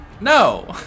No